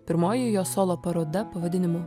pirmoji jo solo paroda pavadinimu